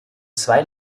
zwei